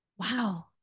Wow